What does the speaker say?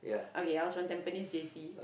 okay I was from Tampines J_C